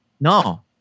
No